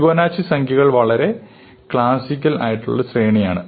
Fibonacci സംഖ്യകൾ ഒരു വളരെ ക്ലാസിക്കൽ ശ്രേണിയാണ്